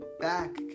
back